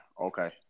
Okay